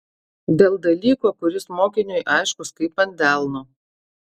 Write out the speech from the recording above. dėl dalyko kuris mokiniui aiškus kaip ant delno